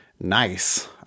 nice